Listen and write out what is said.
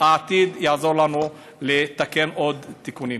והעתיד יעזור לנו לתקן עוד תיקונים.